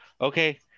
okay –